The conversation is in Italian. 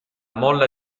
molla